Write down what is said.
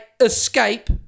escape